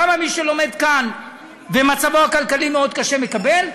למה מי שלומד כאן ומצבו הכלכלי מאוד קשה מקבל,